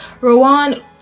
Rowan